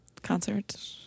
Concert